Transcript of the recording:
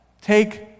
take